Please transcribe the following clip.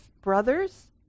brother's